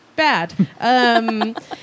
bad